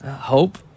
Hope